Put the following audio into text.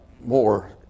more